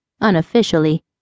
unofficially